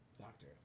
Doctor